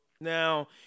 Now